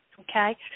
okay